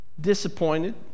disappointed